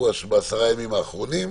בעשרה הימים האחרונים,